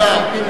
אמרתי.